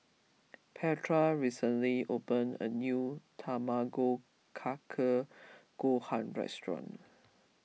Petra recently opened a new Tamago Kake Gohan restaurant